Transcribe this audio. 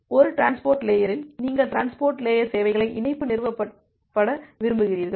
ஒரு டிரான்ஸ்போர்ட் லேயரில் நீங்கள் டிரான்ஸ்போர்ட் லேயர் சேவைகளை இணைப்பு நிறுவப்பட விரும்பிகிறீர்கள்